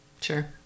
Sure